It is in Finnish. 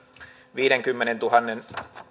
viidenkymmenentuhannen